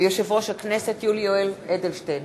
ויושב-ראש הכנסת יולי יואל אדלשטיין.